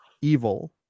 evil